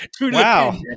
Wow